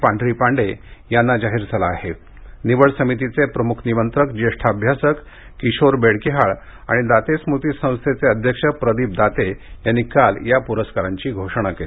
पांढरीपांडे यांना जाहीर झाला आहे निवड समितीचे प्रमुख निमंत्रक ज्येष्ठ अभ्यासक किशोर बेडकिहाळ आणि दाते स्मृती संस्थेचे अध्यक्ष प्रदीप दाते यांनी काल या पुरस्कारांची घोषणा केली